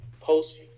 post